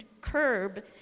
curb